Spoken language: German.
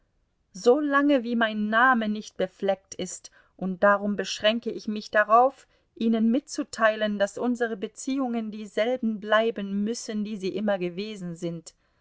lange wie mein name nicht befleckt ist und darum beschränke ich mich darauf ihnen mitzuteilen daß unsere beziehungen dieselben bleiben müssen die sie immer gewesen sind